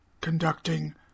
conducting